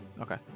Okay